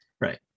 right